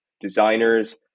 designers